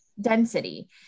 density